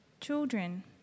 Children